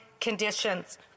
conditions